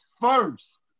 first